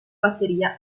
batteria